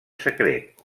secret